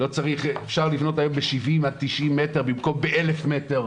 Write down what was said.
אפשר לבנות היום ב-70 עד 90 מטר במקום ב-1,000 מטר,